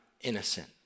innocent